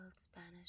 Spanish